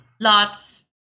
lots